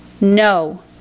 No